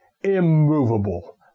immovable